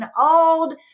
old